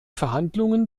verhandlungen